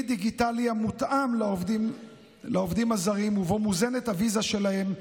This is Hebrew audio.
דיגיטלי המותאם לעובדים הזרים שבו מוזנת הוויזה שלהם,